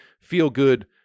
feel-good